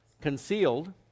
Concealed